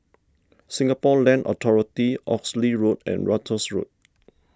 Singapore Land Authority Oxley Road and Ratus Road